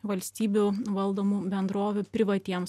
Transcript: valstybių valdomų bendrovių privatiems